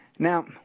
Now